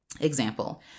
Example